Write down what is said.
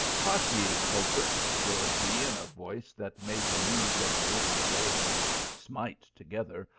hark ye, culprit, roared he in a voice that made the knees of the little gallego smite together,